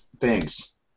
Thanks